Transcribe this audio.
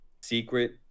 Secret